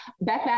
Beth